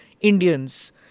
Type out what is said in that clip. Indians